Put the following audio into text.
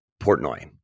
Portnoy